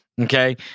okay